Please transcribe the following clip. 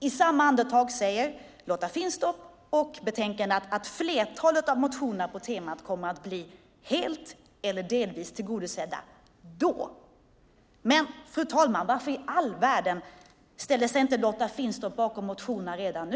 I samma andetag säger Lotta Finstorp och betänkandet att flertalet av motionerna på temat kommer att bli helt eller delvis tillgodosedda i samband med utredningen. Men, fru talman, varför i all världen ställer sig inte Lotta Finstorp bakom motionerna redan nu?